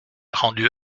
rendu